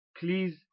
please